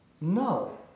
No